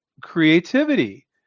creativity